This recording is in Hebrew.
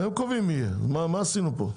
הם קובעים מי יהיה, אז מה עשינו פה?